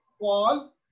Paul